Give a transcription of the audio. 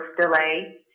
delay